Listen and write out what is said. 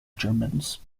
germans